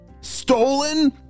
stolen